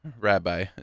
Rabbi